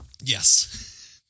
Yes